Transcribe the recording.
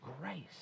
grace